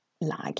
lag